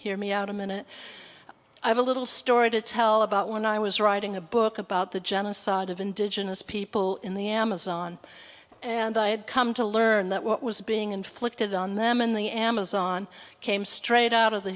hear me out a minute i have a little story to tell about when i was writing a book about the genocide of indigenous people in the amazon and i had come to learn that what was being inflicted on them in the amazon came straight out of the